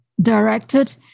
directed